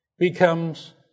becomes